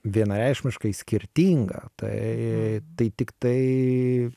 vienareikšmiškai skirtingą tai tai tik tai